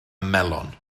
melon